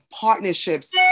partnerships